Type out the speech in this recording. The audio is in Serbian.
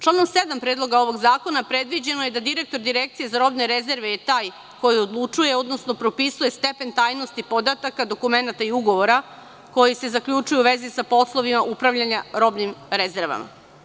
Članom 7. Predloga ovog zakona predviđeno je da je direktor Direkcije za robne rezerve taj koji odlučuje, odnosno propisuje stepen tajnosti podataka, dokumenata i ugovora koji se zaključuju u vezi sa poslovima upravljanja robnim rezervama.